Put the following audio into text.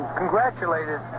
congratulated